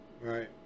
right